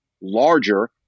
larger